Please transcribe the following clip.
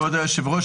כבוד היושב-ראש,